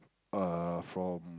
err from